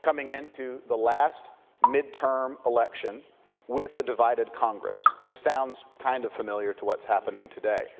coming into the last midterm election with a divided congress, which sounds kind of familiar to what's happening today.